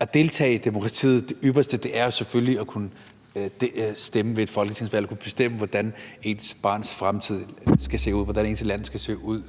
at deltage i demokratiet er det ypperste selvfølgelig at kunne stemme ved et folketingsvalg og kunne bestemme, hvordan ens barns fremtid skal se ud, og hvordan ens land skal se ud.